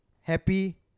happy